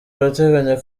urateganya